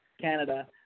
Canada